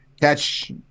catch